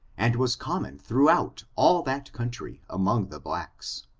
and was common throughout all that country, among the blacks.